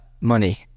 money